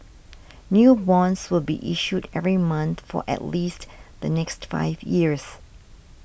new bonds will be issued every month for at least the next five years